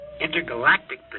Intergalactic